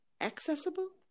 Accessible